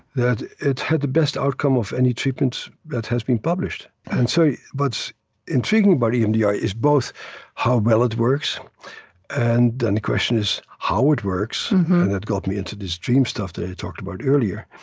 that it had the best outcome of any treatment that has been published and so what's intriguing about emdr is both how well it works and then the question is how it works, and that got me into this dream stuff that i talked about earlier,